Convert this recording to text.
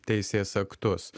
teisės aktus